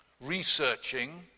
researching